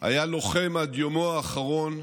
היה לוחם עד יומו האחרון,